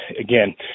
again